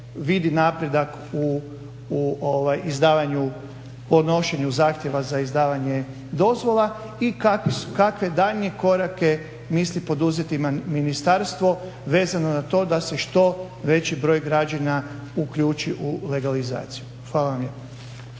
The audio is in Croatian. izdavanju, podnošenju zahtjeva za izdavanje dozvola i kakvi su? I kakve daljnje korake misli poduzeti ministarstvo vezano na to da se što veći broj građenja uključi u legalizaciju. Hvala vam